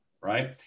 Right